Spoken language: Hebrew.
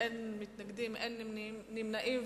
אין מתנגדים ואין נמנעים,